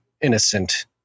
innocent